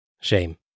Shame